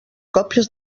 còpies